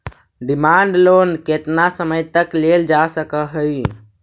demand loan केतना समय तक लेल जा सकऽ हई